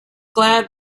glad